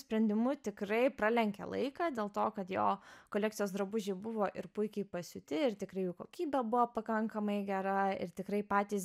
sprendimu tikrai pralenkę laiką dėl to kad jo kolekcijos drabužiai buvo ir puikiai pasiūti ir tikrai jų kokybė buvo pakankamai gera ir tikrai patys